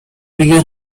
began